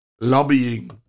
lobbying